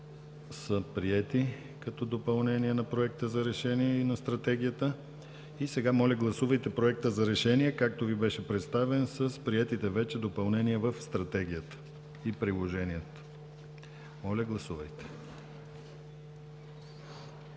са приети като допълнение на Проекта на решение за Стратегията. Моля, гласувайте Проекта на решение, както Ви беше представен, с приетите вече допълнения в Стратегията и приложението. Гласували